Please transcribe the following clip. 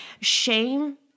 shame